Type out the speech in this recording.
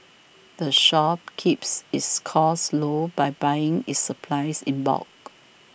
the shop keeps its costs low by buying its supplies in bulk